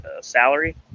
salary